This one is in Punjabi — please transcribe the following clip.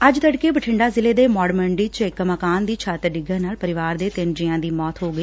ਅੱਜ ਤੜਕੇ ਬਠਿੰਡਾ ਜ਼ਿਲ਼ੇ ਦੇ ਮੌਤ ਮੰਡੀ ਚ ਇਕ ਮਕਾਨ ਦੀ ਛੱਤ ਡਿੱਗਣ ਨਾਲ ਪਰਿਵਾਰ ਦੇ ਤਿੰਨ ਜੀਆਂ ਦੀ ਮੌਤ ਹੋ ਗਈ